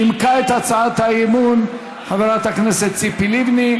נימקה את הצעת האי-אמון חברת הכנסת ציפי לבני.